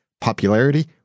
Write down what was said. Popularity